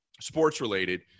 sports-related